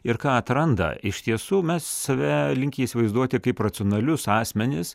ir ką atranda iš tiesų mes save linkę įsivaizduoti kaip racionalius asmenis